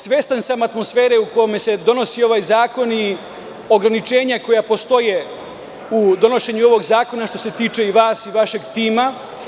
Svestan sam atmosfere u kojoj se donosi ovaj zakon i ograničenja koja postoje u donošenju ovog zakona što se tiče i vas i vašeg tima.